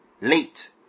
late